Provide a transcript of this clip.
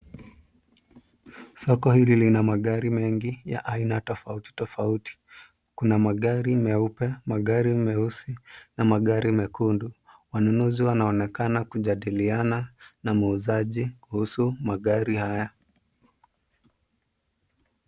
Soko hili lina magari mengi, ya aina tofauti tofauti. Kuna magari meupe, magari meusi, na magari mekundu. Wanunuzi wanaonekana kujadiliana na muuzaji kuhusu magari haya.